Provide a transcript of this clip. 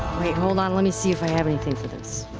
wait, hold on, let me see if i have anything for this.